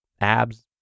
abs